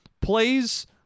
plays